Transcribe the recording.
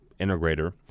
integrator